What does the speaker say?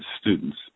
students